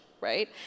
right